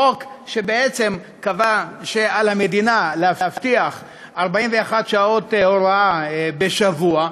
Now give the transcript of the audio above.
חוק שבעצם קבע שעל המדינה להבטיח 41 שעות הוראה בשבוע,